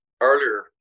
earlier